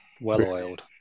Well-oiled